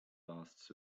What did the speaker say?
lasts